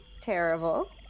terrible